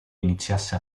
iniziasse